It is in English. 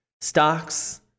stocks